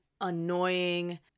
annoying